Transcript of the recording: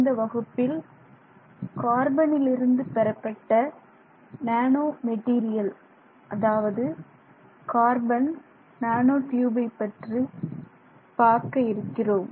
இந்த வகுப்பில் கார்பனிலிருந்து பெறப்பட்ட நேனோ மெட்டீரியல் அதாவது கார்பன் நானோ டியூபை பற்றி பார்க்க இருக்கிறோம்